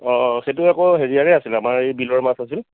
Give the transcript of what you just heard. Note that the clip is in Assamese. অঁ সেইটো আকৌ হেৰিয়াৰহে আছিল আমাৰ এই বিলৰ মাছ আছিল